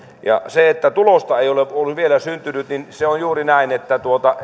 jos tulosta ei ole vielä syntynyt niin se on juuri näin että